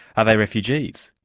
are they refugees?